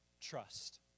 Trust